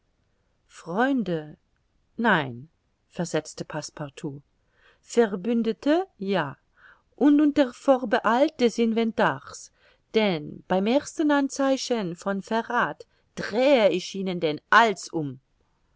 freunde nein versetzte passepartout verbündete ja und unter vorbehalt des inventars denn beim ersten anzeichen von verrath drehe ich ihnen den hals um